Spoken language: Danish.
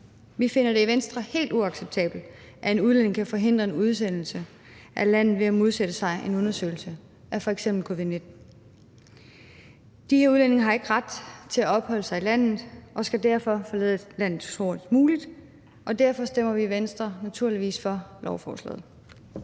Vi finder det i Venstre helt uacceptabelt, at en udlænding kan forhindre en udsendelse af landet ved at modsætte sig en undersøgelse for f.eks. covid-19. De her udlændinge har ikke ret til at opholde sig i landet og skal derfor forlade landet hurtigst muligt, og derfor stemmer vi i Venstre naturligvis for lovforslaget.